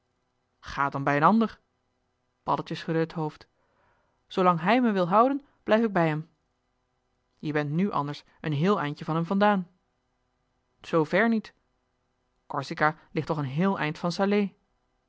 ga dan bij een ander paddeltje schudde het hoofd zoolang hij me wil houden blijf ik bij hem joh h been paddeltje de scheepsjongen van michiel de ruijter je bent nu anders een heel eindje van hem vandaan zoo ver niet corsica ligt toch een heel eind van salé